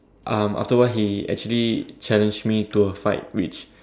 um after a while he actually challenged me to a fight which